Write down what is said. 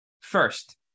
First